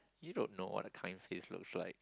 you don't know what a kind face looks like